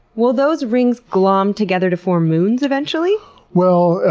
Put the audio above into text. will those rings glom together to form moons eventually? well,